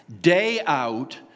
day-out